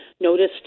noticed